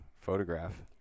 photograph